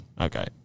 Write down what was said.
Okay